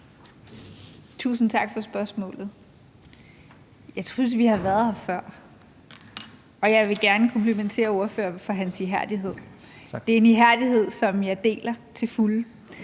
Tusind tak for spørgsmålet. Jeg synes, vi har været her før, og jeg vil gerne komplimentere spørgeren for hans ihærdighed. Det er en ihærdighed, som jeg deler til fulde.